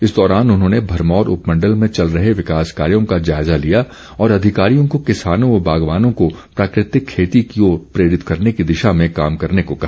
इस दौरान उन्होंने भरमौर उपमण्डल में चल रहे विकास कार्यो का जायजा लिया और अधिकारियो को किसानों व बागवानों को प्राकृतिक खेती की ओर प्रेरित करने की दिशा में काम करने को कहा